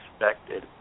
expected